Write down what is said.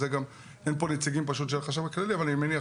אין פה נציגים של החשב הכללי אבל אני מניח